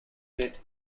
bit